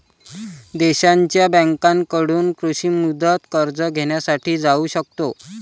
देशांच्या बँकांकडून कृषी मुदत कर्ज घेण्यासाठी जाऊ शकतो